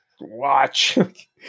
Watch